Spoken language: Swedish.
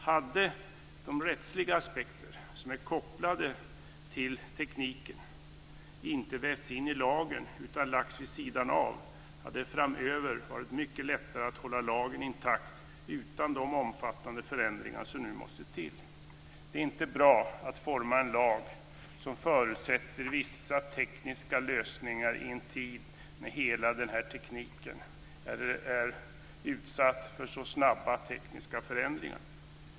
Hade de rättsliga aspekter som är kopplade till tekniken inte vävts in i lagen utan lagts vid sidan av hade det framöver varit mycket lättare att hålla lagen intakt utan de omfattande förändringar som nu måste till. Det är inte bra att forma en lag som förutsätter vissa tekniska lösningar i en tid när hela den här tekniken är utsatt för snabba tekniska förändringar.